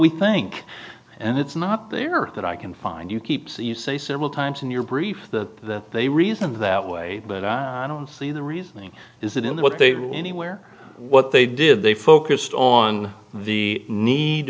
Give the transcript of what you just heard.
we think and it's not there that i can find you keep so you say several times in your brief that that they reasons that way but i don't see the reasoning is that in the what they anywhere what they did they focused on the need